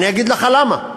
אגיד לך למה.